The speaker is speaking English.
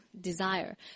desire